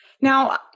Now